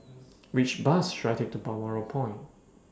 Which Bus should I Take to Balmoral Point